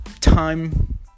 time